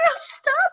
stop